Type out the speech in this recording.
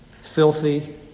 filthy